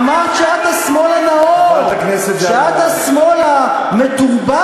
אמרת שאת השמאל הנאור, שאת השמאל המתורבת.